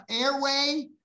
airway